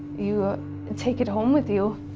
you and take it home with you.